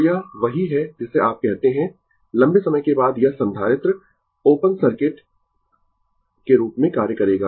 तो यह वही है जिसे आप कहते है लंबे समय के बाद यह संधारित्र ओपन सर्किट के रूप में कार्य करेगा